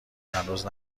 هنوز